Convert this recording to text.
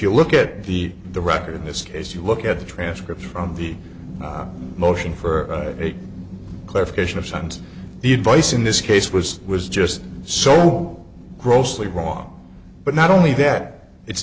you look at the the record in this case you look at the transcript from the motion for a clarification of signs the advice in this case was was just so grossly wrong but not only that it's